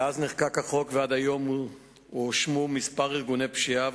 מאז נחקק החוק ועד היום הואשמו כמה ארגוני פשיעה,